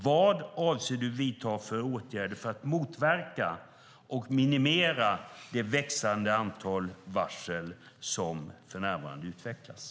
Vad avser du att vidta för åtgärder för att motverka och minimera det växande antal varsel som för närvarande utvecklas?